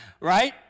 Right